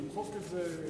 למחוק את זה.